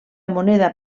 moneda